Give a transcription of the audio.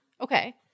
Okay